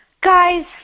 guys